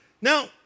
Now